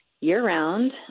year-round